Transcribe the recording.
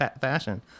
fashion